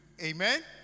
Amen